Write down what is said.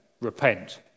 repent